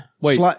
Wait